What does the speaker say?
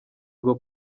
ngo